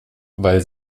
weil